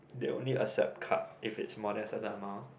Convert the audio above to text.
they only accept card if it is more than certain amount